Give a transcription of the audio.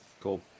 Cool